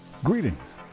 Greetings